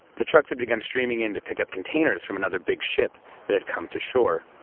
the trucks had begun streaming in to pick up containers from another big ship that had come to shore.